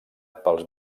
pels